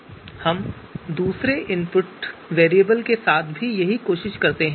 फिर हम दूसरे इनपुट वेरिएबल के साथ भी यही कोशिश करते हैं